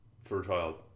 fertile